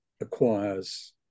acquires